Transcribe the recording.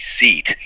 seat